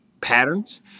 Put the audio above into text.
patterns